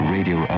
Radio